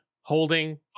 holding